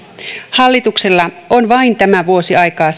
hallituksella on vain tämä vuosi aikaa